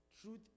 Truth